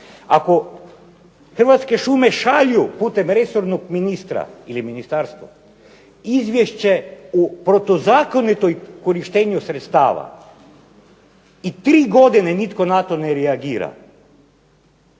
Ako Hrvatske šume šalju putem resornog ministra ili ministarstva izvješće u protuzakonitom korištenju sredstava i tri godine nitko na to ne reagira